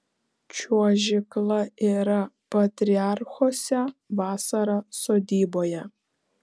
čiuožykla yra patriarchuose vasara sodyboje